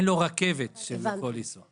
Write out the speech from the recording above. שאין רכבת שהוא יכול לנסוע בה.